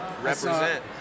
represent